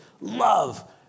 love